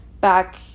back